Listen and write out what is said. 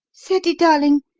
ceddie, darling,